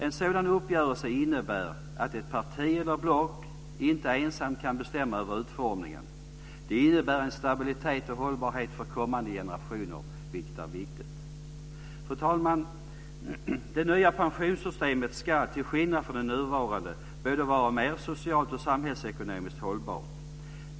En sådan uppgörelse innebär att ett parti eller block inte ensamt kan bestämma över utformningen. Det innebär en stabilitet och hållbarhet för kommande generationer, vilket är viktigt. Fru talman! Det nya pensionssystemet ska, i förhållande till det nuvarande, vara mer såväl socialt som samhällsekonomiskt hållbart.